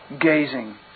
gazing